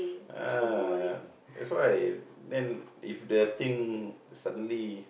uh that's why then if the thing suddenly